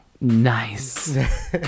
Nice